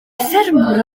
ffermwr